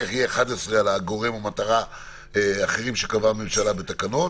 כך (11) "גורם או מטרה אחרים הממשלה בתקנות שקבעה"?